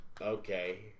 okay